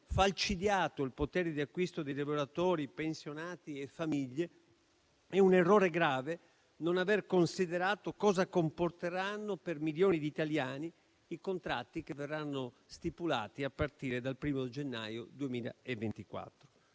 falcidiato il potere di acquisto dei lavoratori, pensionati e famiglie, è un errore grave non aver considerato cosa comporteranno per milioni di italiani i contratti che verranno stipulati a partire dal primo gennaio 2024.